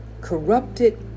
corrupted